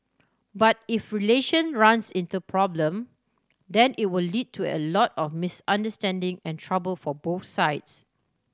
but if relation runs into problem then it will lead to a lot of misunderstanding and trouble for both sides